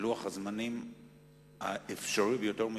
בלוח הזמנים האפשרי ביותר מבחינתה.